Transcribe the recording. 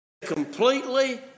Completely